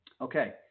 Okay